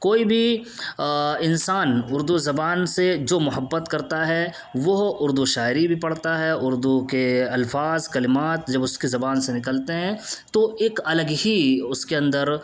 کوئی بھی انسان اردو زبان سے جو محبت کرتا ہے وہ اردو شاعری بھی پڑھتا ہے اردو کے الفاظ کلمات جب اس کی زبان سے نکلتے ہیں تو ایک الگ ہی اس کے اندر